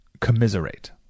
commiserate